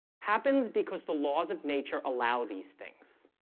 happens because the laws of nature allow these things